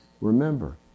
Remember